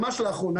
ממש לאחרונה,